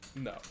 No